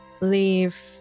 leave